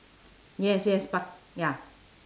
yes yes but ya